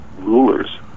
rulers